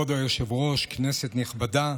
כבוד היושב-ראש, כנסת נכבדה,